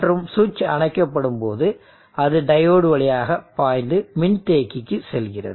மற்றும் சுவிட்ச் அணைக்கப்படும் போது அது டையோடு வழியாகப் பாய்ந்து மின்தேக்கிக்கு செல்கிறது